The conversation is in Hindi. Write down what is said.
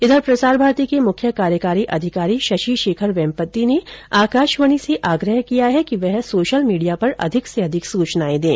इधर प्रसार भारती के मुख्य कार्यकारी अधिकारी शशि शेखर वेम्पत्ति ने आकाशवाणी से आग्रह किया है कि वह सोशल मीडिया पर अधिक से अधिक सुचना दें